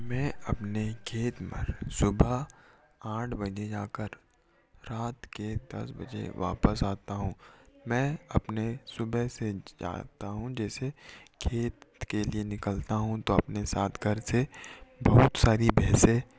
मैं अपने खेत पर सुबह आठ बजे जाकर रात के दस बजे वापस आता हूँ मैं अपने सुबह से जागता हूँ जैसे खेत के लिए निकलता हूँ तो अपने साथ घर से बहुत सारी भैंसें